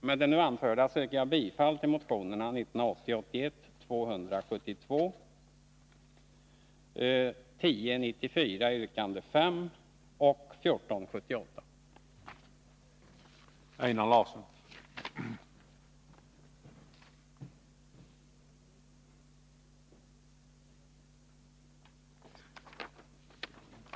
Med det nu anförda yrkar jag bifall till motionerna 1980 81:1094 yrkande 5 och 1980/81:1478.